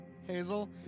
Hazel